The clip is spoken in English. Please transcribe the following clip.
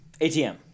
ATM